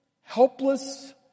helpless